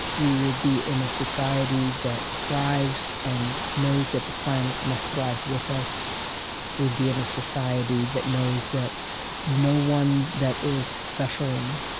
we will be in a society that thrives and knows that the planet must thrive with us. we will be in a society that knows that no one that is suffering